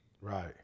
Right